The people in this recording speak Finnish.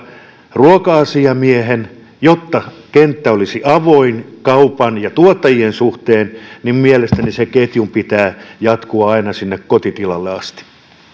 ruoka asiamiehen jotta kenttä olisi avoin kaupan ja tuottajien suhteen niin mielestäni sen ketjun pitää jatkua aina sinne kotitilalle asti